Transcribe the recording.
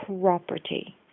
property